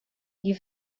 you